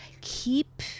Keep